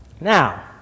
now